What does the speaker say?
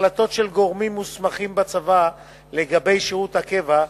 החלטות של גורמים מוסמכים בצבא לגבי שירות הקבע,